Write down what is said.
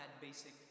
basic